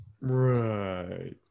Right